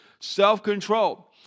Self-control